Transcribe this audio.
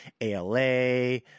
ALA